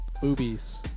Boobies